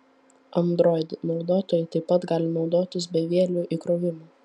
android naudotojai taip pat gali naudotis bevieliu įkrovimu